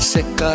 Sick